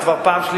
P. יש I,